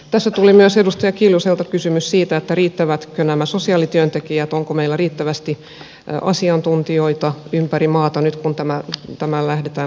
tässä tuli myös edustaja kiljuselta kysymys siitä riittävätkö nämä sosiaalityöntekijät onko meillä riittävästi asiantuntijoita ympäri maata nyt kun tätä lähdetään laajentamaan